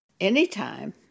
anytime